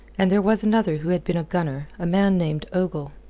and there was another who had been a gunner, a man named ogle.